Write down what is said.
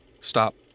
stop